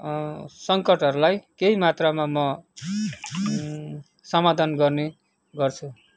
सङ्कटहरूलाई केही मात्रामा म समाधान गर्ने गर्छु